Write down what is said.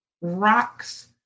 rocks